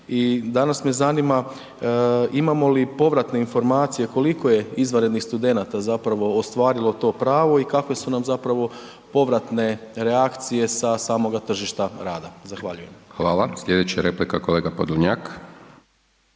danas me zanima imamo li povratne informacije koliko je izvanrednih studenata zapravo ostvarilo to pravo i kakve su nam zapravo povratne reakcije sa samoga tržišta rada? Zahvaljujem. **Hajdaš Dončić, Siniša (SDP)**